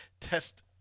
test